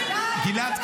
זה לא היום --- גלעד קריב,